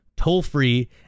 toll-free